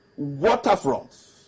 waterfronts